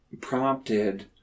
prompted